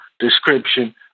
description